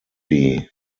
die